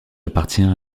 appartient